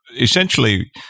essentially